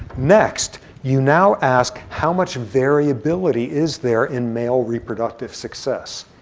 next, you now ask how much variability is there in male reproductive success.